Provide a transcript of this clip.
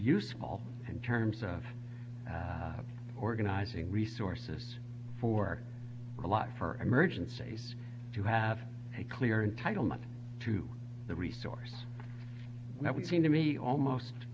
useful in terms of organizing resources for a lot for emergencies to have a clear entitlement to the resource that would seem to me almost